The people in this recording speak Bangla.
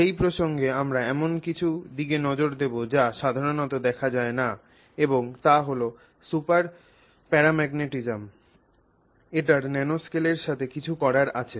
সেই প্রসঙ্গে আমরা এমন কিছু দিকে নজর দেব যা সাধারণত দেখা যায় না এবং তা হল সুপার প্যারাম্যাগনেটিজম এটির ন্যানোস্কেলের সাথে কিছু করার আছে